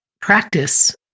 practice